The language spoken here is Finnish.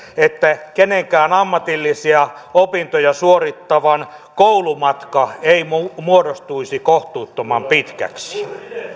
että kenenkään ammatillisia opintoja suorittavan koulumatka ei muodostuisi kohtuuttoman pitkäksi